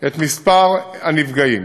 את מספר הנפגעים.